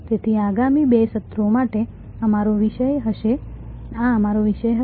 તેથી આગામી બે સત્રો માટે આ અમારો વિષય હશે